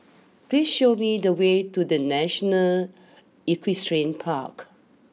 please show me the way to the National Equestrian Park